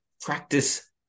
practice